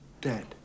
dead